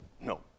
No